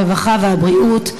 הרווחה והבריאות,